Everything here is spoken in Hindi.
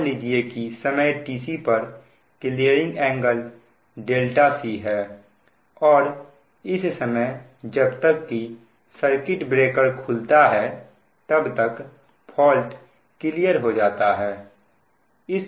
मान लीजिए कि समय tc पर क्लीयरिंग एंगल c है और इस समय जब तक की सर्किट ब्रेकर खुलता है तब तक फॉल्ट क्लियर हो जाता है